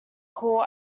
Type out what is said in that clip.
call